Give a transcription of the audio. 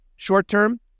Short-term